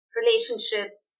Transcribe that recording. relationships